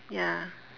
ya